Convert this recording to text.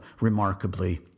remarkably